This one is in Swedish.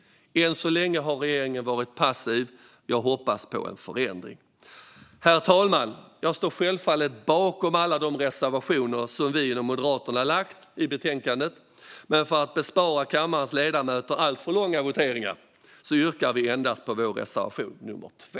Än så länge har regeringen varit passiv. Jag hoppas på en förändring. Herr talman! Jag står självfallet bakom alla de reservationer som vi inom Moderaterna lämnat i betänkandet, men för att bespara kammarens ledamöter alltför långa voteringar yrkar jag endast bifall till vår reservation nummer 2.